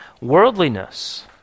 worldliness